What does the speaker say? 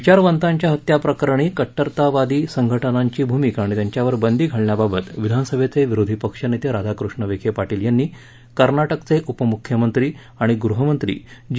विचारवंताच्या हत्या प्रकरणी कट्टरतावादी संघटनांची भूमिका आणि त्यांच्यावर बंदी घालण्याबाबत विधानसभेचे विरोधी पक्षनेते राधाकृष्ण विखे पाटील यांनी कर्नाटकचे उपमुख्यमंत्री जी